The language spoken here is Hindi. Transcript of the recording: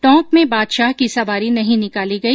टोंक में बादशाह की सवारी नहीं निकाली गई